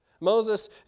Moses